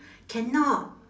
cannot